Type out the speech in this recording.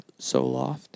Soloft